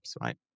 right